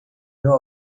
meu